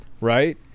right